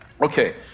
Okay